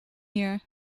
here